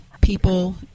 people